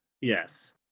yes